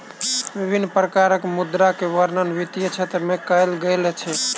विभिन्न प्रकारक मुद्रा के वर्णन वित्तीय क्षेत्र में कयल गेल अछि